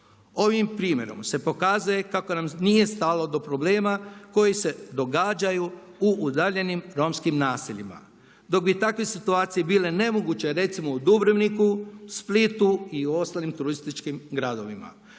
Ovim primjerom se pokazuje kako nam nije stalo do problema koji se događaju u udaljenim romskim naseljima. Dok bi takve situacije bile nemoguće recimo u Dubrovniku, Splitu, i ostalim turističkim gradovima.